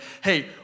hey